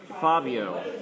Fabio